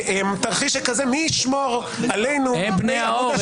בתרחיש שכזה מי ישמור עלינו -- הם בני האור...